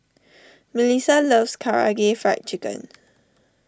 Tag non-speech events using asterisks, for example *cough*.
Mellisa loves Karaage Fried Chicken *noise*